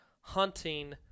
hunting